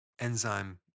enzyme